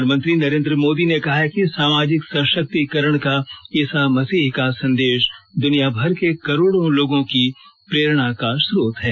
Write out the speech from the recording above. प्रधानमंत्री नरेन्द्र मोदी ने कहा है कि सामाजिक सशक्तिकरण का ईसा मसीह का संदेश दुनियाभर के करोड़ों लोगों की प्रेरणा का स्रोत है